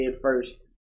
first